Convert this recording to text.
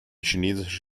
chinesische